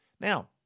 Now